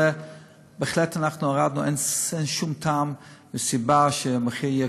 בהחלט הורדנו, אין שום טעם וסיבה שהמחיר יהיה